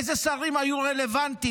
אילו שרים היו רלוונטיים,